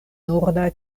norda